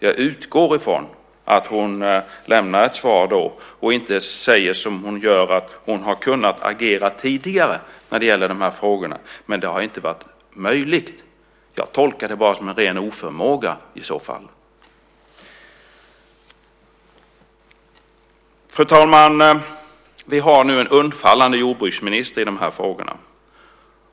Jag utgår från att hon lämnar ett svar då och inte säger att hon har kunnat agera tidigare när det gäller de här frågorna, men att det inte har varit möjligt. Jag tolkar det som en ren oförmåga i så fall. Fru talman! Vi har nu en jordbruksminister som är undfallande i de här frågorna.